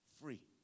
free